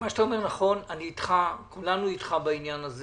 אני אתך, כולנו אתך בעניין הזה